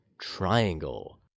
Triangle